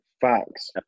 facts